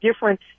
different